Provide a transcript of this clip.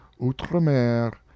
Outremer